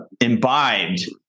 imbibed